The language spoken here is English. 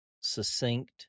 Succinct